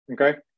okay